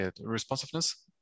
responsiveness